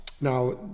Now